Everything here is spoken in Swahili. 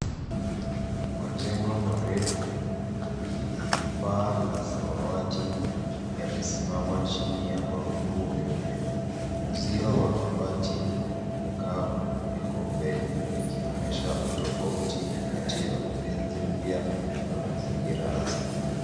Majengo marefu yenye paa la samati yamesimama chini ya mawingu meupe. Uzio wa mabati kavu viko mbele vikionyesha utofauti kati ya ujenzi upya na mzaingira asilia.